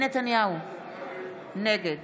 נגד